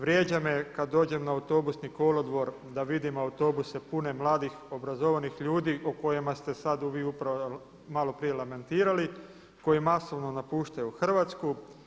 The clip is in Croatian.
Vrijeđa me kad dođem na Autobusni kolodvor da vidim autobuse pune mladih obrazovanih ljudi o kojima ste sada vi upravo maloprije lamentirali koji masovno napuštaju Hrvatsku.